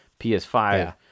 ps5